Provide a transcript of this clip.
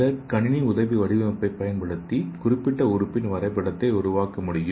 இந்த கணினி உதவி வடிவமைப்பைப் பயன்படுத்தி குறிப்பிட்ட உறுப்பின் வரைபடத்தை உருவாக்க முடியும்